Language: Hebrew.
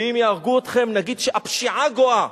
ואם יהרגו אתכם נגיד שהפשיעה גואה.